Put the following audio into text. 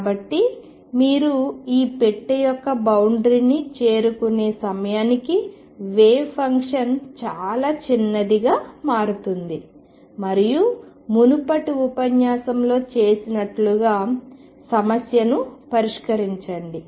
కాబట్టి మీరు ఈ పెట్టె యొక్క బౌండరిను చేరుకునే సమయానికి వేవ్ ఫంక్షన్ చాలా చిన్నదిగా మారుతుంది మరియు మునుపటి ఉపన్యాసంలో చేసినట్లుగా సమస్యను పరిష్కరించండి